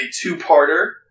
two-parter